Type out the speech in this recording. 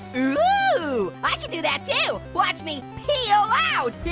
ooh! i can do that too. watch me peel out!